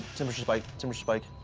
temperature spike, temperature spike.